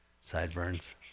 sideburns